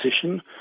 position